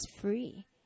free